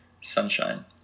sunshine